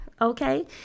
okay